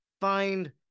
find